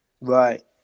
Right